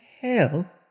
hell